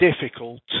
difficult